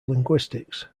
linguistics